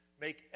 Make